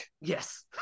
Yes